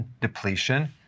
depletion